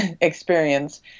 experience